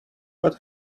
what